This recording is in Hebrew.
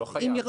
הוא לא חייב.